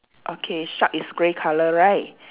okay shark is grey colour right